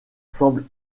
semble